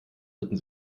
ritten